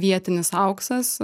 vietinis auksas